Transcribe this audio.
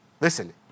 Listen